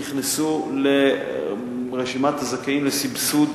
נכנסו לרשימת הזכאים לסבסוד